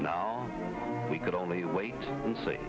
now we could only wait and see